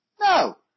No